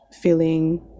feeling